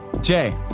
Jay